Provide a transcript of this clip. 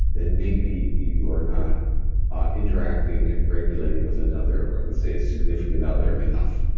then maybe you are not ah interacting and regulating with another, or let's say a significant other enough